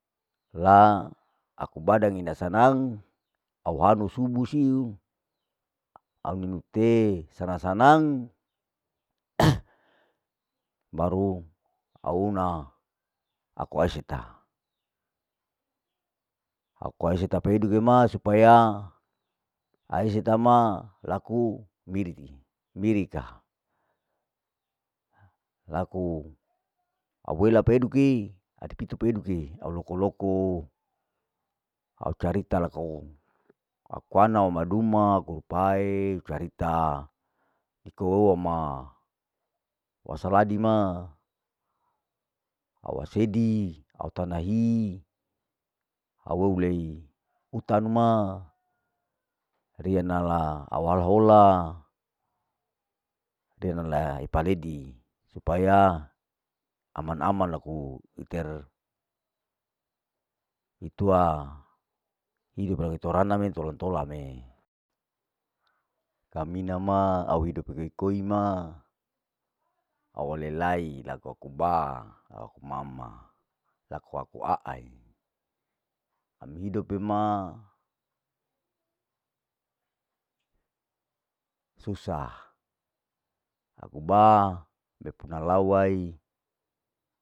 La aku badang ina sanang, au hanu subu siu, au ninu te sanang sanang au una aku eseta, aku aeseta peduka ma laku wiriki wirika, laku awela peduke adipito peduke au loko loko, aku anau maduma carita iko hiama, wasaladi ma au wasedi au tanahi, au ou lei utanu ma riya nala awala hola riya nala ipaledi, supaya aman aman laku iter itua hidope torana me tolon tola me, kamina ma au hidup koi koi ma awale lai laku aku ba, laku aku mama, laku aku aai, ami hidope ma susah, aku ba mepuna lawaii.